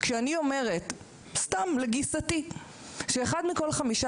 כשאני אומרת סתם לגיסתי שאחד מכל חמישה